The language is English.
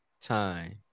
time